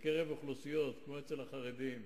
בקרב אוכלוסיות כמו החרדים,